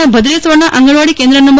ના ભદ્રેશ્વરના આંગણવાડી કેન્દ્ર નં